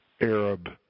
Arab